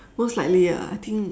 most likely ya I think